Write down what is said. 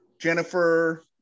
Jennifer